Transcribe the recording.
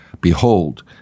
Behold